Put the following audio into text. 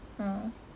ah